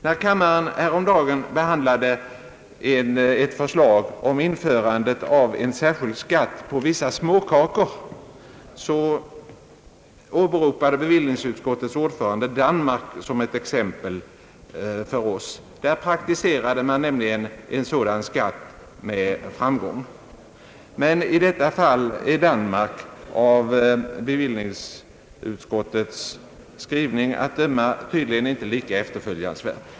När kammaren härom dagen behandlade ett förslag om införande av en särskild skatt på vissa småkakor, åberopade bevillningsutskottets ordförande Danmark som ett exempel för oss; där praktiserade man nämligen en sådan skatt med framgång. Men i detta fall är Danmark — av bevillningsutskottets skrivning att döma — tydligen inte lika efterföljansvärt.